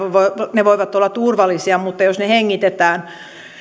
ne voivat olla turvallisia mutta jos ne hengitetään